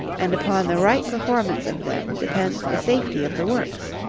and upon the right performance of them depends the safety of the works.